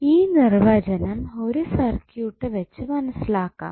ഈ നിർവചനം ഒരു സർക്യൂട്ട് വെച്ചു മനസ്സിലാക്കാം